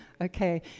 Okay